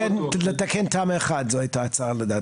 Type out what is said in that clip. לתקן תמ"א1, זו הייתה ההצעה לדעתי.